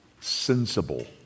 sensible